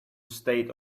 state